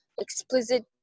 explicit